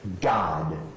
God